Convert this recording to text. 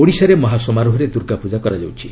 ଓଡ଼ିଶାରେ ମହାସମାରୋହରେ ଦୁର୍ଗାପ୍ରଜା କରାଯାଉଛି